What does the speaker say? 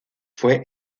fue